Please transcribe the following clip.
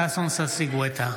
ששון ששי גואטה,